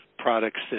products